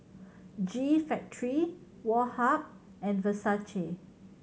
G Factory Woh Hup and Versace